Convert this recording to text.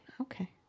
Okay